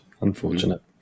unfortunate